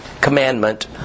commandment